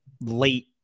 late